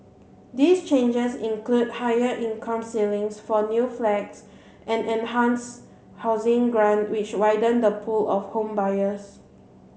these changes include higher income ceilings for new flats and enhanced housing grants which widen the pool of home buyers